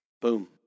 Boom